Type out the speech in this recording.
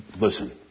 listen